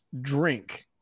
drink